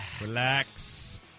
Relax